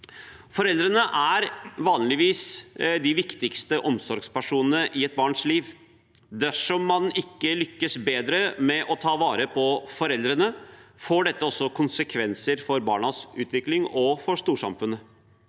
Foreldrene er vanligvis de viktigste omsorgspersonene i et barns liv. Dersom man ikke lykkes bedre med å ta vare på foreldrene, får dette også konsekvenser for barnas utvikling og for storsamfunnet.